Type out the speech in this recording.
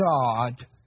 God